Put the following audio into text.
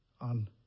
on